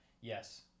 Yes